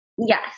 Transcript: Yes